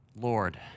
Lord